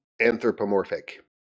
anthropomorphic